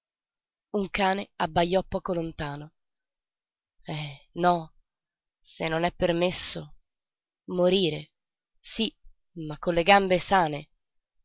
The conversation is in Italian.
un cane abbajò poco lontano eh no se non è permesso morire sí ma con le gambe sane